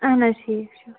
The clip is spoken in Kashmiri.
اَہَن حظ ٹھیٖک چھُ